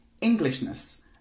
Englishness